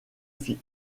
fit